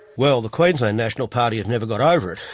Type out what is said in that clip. well the queensland national party have never got over it.